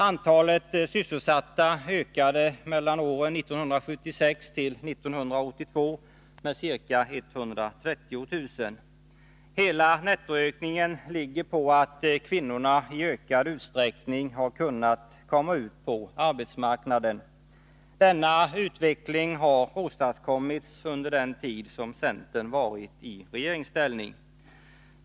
Antalet sysselsatta ökade mellan åren 1976 och 1982 med ca 130 000. Hela nettoökningen ligger på att kvinnorna i ökad utsträckning har kunnat komma ut på arbetsmarknaden. Denna utveckling har åstadkommits under den tid som centern varit i regeringsställning.